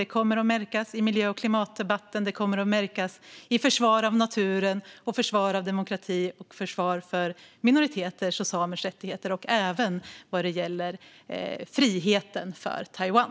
Det kommer att märkas i miljö och klimatdebatten. Det kommer att märkas i försvar av naturen, försvar av demokrati, försvar av minoriteters och samers rättigheter och även vad gäller friheten för Taiwan.